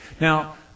Now